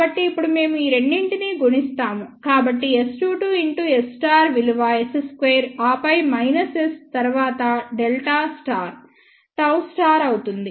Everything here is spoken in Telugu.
కాబట్టి ఇప్పుడు మేము ఈ రెండింటిని గుణిస్తాము కాబట్టి S22 x S విలువ S2 ఆపై S తర్వాత Δ స్టార్ Γ అవుతుంది